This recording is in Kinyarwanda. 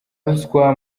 ruswa